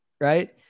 right